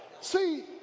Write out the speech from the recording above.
See